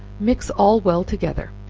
mix all well together,